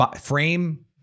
frame